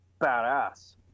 badass